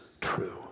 true